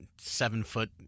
seven-foot